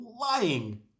lying